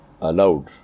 allowed